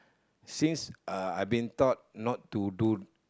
since uh I been taught not to do